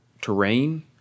Terrain